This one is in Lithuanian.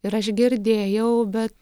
ir aš girdėjau bet